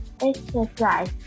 Exercise